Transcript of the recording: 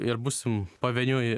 ir būsim pavieniui